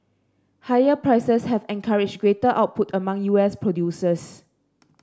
higher prices have encouraged greater output among U S producers